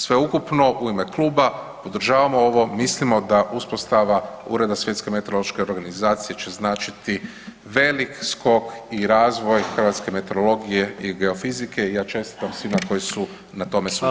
Sveukupno u ime kluba podržavamo ovo, mislimo da uspostava Ureda Svjetske meteorološke organizacije će značiti velik skok i razvoj hrvatske meteorologije i geofizike i ja čestitam svima koji su na tome sudjelovali.